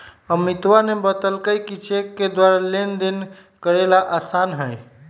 अमितवा ने बतल कई कि चेक के द्वारा लेनदेन करे ला आसान हई